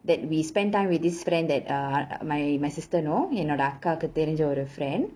that we spend time with this friend that uh my my sister know என்னோட அக்காக்கு தெரிஞ்ச ஒரு:ennoda akkaku therinja oru friend